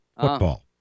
football